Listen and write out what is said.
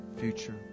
future